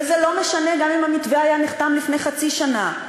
וזה לא משנה גם אם המתווה היה נחתם לפני חצי שנה.